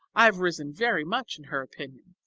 i have risen very much in her opinion.